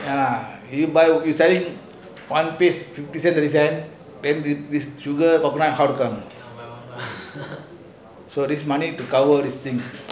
ah you buy we selling one fifth then this this sugar coconut how to come so this money cover all this things